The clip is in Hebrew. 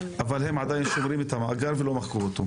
אבל הם עדיין שומרים את המאגר ולא מחקו אותו.